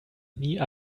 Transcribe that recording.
nie